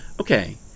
Okay